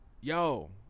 yo